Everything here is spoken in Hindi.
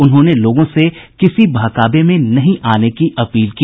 उन्होंने लोगों से किसी बहकावे में नहीं आने की अपील की